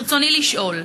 ברצוני לשאול: